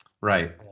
Right